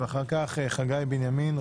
ואחר כך חגי בנימין,